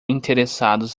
interessados